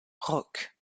rock